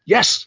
Yes